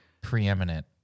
preeminent